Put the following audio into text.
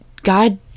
God